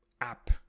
app